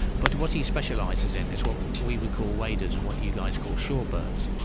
but what he specializes in is what we would call waders and what you guys call shorebirds.